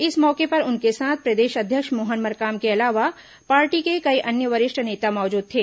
इस मौके पर उनके साथ प्रदेश अध्यक्ष मोहन मरकाम के अलावा पार्टी के कई अन्य वरिष्ठ नेता मौजूद थे